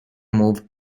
moved